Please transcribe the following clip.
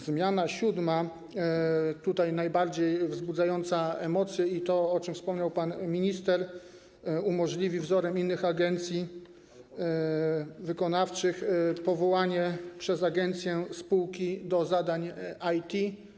Zmiana siódma jest tutaj najbardziej wzbudzającą emocje, o czym wspomniał pan minister, umożliwi ona wzorem innych agencji wykonawczych powołanie przez agencję spółki do zadań IT.